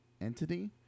entity